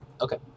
Okay